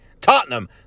Tottenham